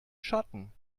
schatten